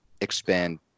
expand